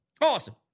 Awesome